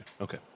Okay